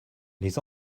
les